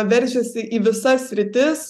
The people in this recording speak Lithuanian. veržiasi į visas sritis